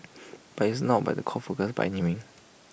but it's not by the core focus by any mean